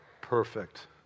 Perfect